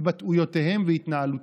התבטאויותיהם והתנהלותם.